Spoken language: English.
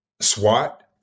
SWAT